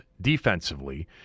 defensively